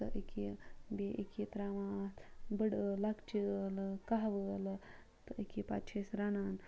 تہٕ أکیٛاہ یہِ بیٚیہِ أکیٛاہ یہِ ترٛاوان اَتھ بٔڑٕ ٲل لۄکچہِ ٲلہٕ کَہوٕ ٲلہٕ تہٕ أکیٛاہ یہِ پَتہٕ چھِ أسۍ رَنان